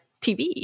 TV